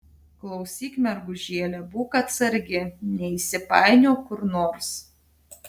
klausyk mergužėle būk atsargi neįsipainiok kur nors